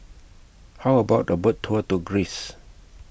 How about A Boat Tour to Greece